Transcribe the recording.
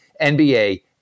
NBA